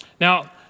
Now